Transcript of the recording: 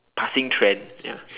passing trend ya